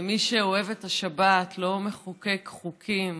מי שאוהב את השבת לא מחוקק חוקים,